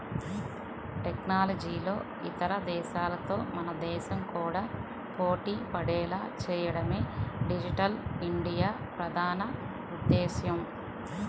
టెక్నాలజీలో ఇతర దేశాలతో మన దేశం కూడా పోటీపడేలా చేయడమే డిజిటల్ ఇండియా ప్రధాన ఉద్దేశ్యం